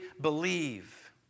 believe